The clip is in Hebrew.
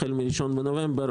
החל מראשון בנובמבר,